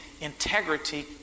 integrity